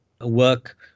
work